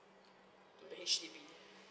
to the H_D_B